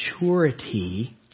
maturity